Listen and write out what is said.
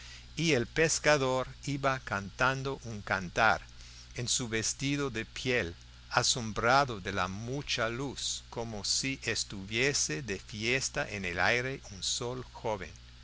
y el pescador iba cantando un cantar en su vestido de piel asombrado de la mucha luz como si estuviese de fiesta en el aire un sol joven